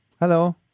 Hello